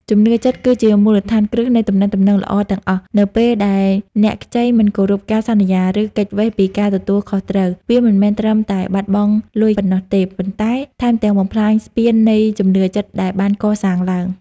ជំនឿចិត្តគឺជាមូលដ្ឋានគ្រឹះនៃទំនាក់ទំនងល្អទាំងអស់ នៅពេលដែលអ្នកខ្ចីមិនគោរពការសន្យា ឬគេចវេះពីការទទួលខុសត្រូវ វាមិនមែនត្រឹមតែបាត់បង់លុយប៉ុណ្ណោះទេ ប៉ុន្តែថែមទាំងបំផ្លាញស្ពាននៃជំនឿចិត្តដែលបានកសាងឡើង។